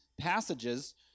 passages